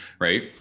right